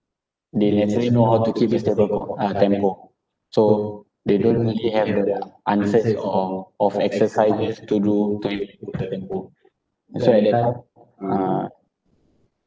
they naturally know how to keep a stable po~ uh tempo so they don't really have the answer or of exercises to do to improve their tempo so at that time uh